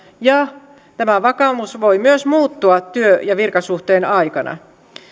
ja tämä vakaumus voi myös muuttua työ ja virkasuhteen aikana